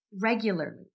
regularly